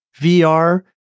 VR